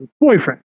boyfriend